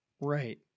Right